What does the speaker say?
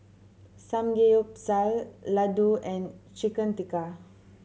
Samgeyopsal Ladoo and Chicken Tikka